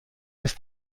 ist